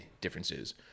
differences